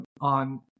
on